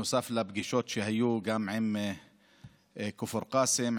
נוסף על פגישות שהיו גם בכפר קאסם,